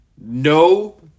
no